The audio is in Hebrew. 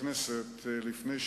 חבר הכנסת בר-און,